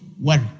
worry